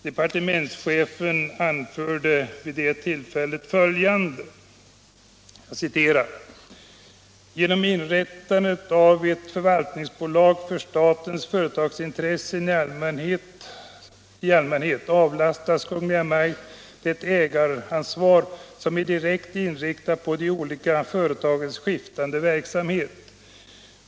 Departementschefen anförde vi det tillfället bl.a. följande: ”Genom inrättandet av ett förvaltningsbolag för statens företagsintressen i allmänhet avlastas Kungl. Majt:t det ägaransvar som är direkt inriktat på de olika företagens skiftande verksamhet.